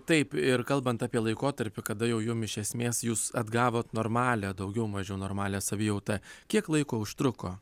taip ir kalbant apie laikotarpį kada jau jum iš esmės jūs atgavot normalią daugiau mažiau normalią savijautą kiek laiko užtruko